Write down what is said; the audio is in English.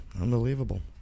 unbelievable